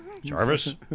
Jarvis